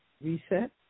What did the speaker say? reset